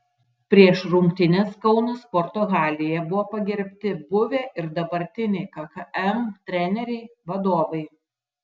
prieš rungtynes kauno sporto halėje buvo pagerbti buvę ir dabartiniai kkm treneriai vadovai